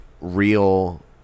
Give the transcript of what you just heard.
real